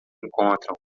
encontram